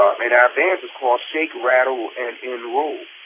i mean our dance is called shake, rattle, and enroll.